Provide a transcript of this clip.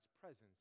presence